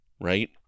right